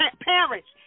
Parents